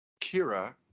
Kira